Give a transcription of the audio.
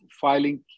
filing